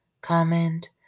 comment